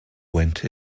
went